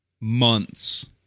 months